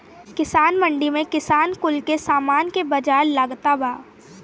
किसान मंडी में किसान कुल के सामान के बाजार लागता बा